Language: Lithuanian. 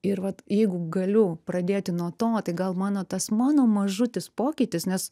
ir vat jeigu galiu pradėti nuo to tai gal mano tas mano mažutis pokytis nes